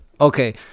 Okay